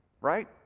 right